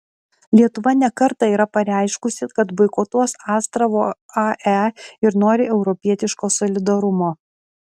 lietuva ne kartą yra pareiškusi kad boikotuos astravo ae ir nori europietiško solidarumo